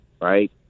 right